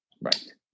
Right